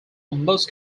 most